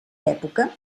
època